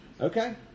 Okay